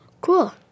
cool